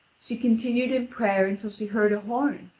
she continued in prayer until she heard a horn,